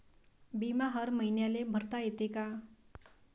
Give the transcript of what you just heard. बिमा हर मईन्याले भरता येते का?